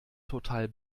total